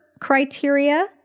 criteria